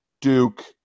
Duke